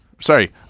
Sorry